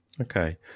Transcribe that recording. okay